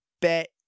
bet